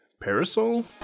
Parasol